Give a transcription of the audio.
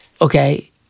okay